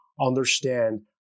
understand